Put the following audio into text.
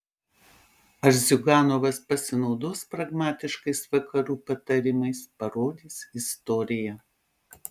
ar ziuganovas pasinaudos pragmatiškais vakarų patarimais parodys istorija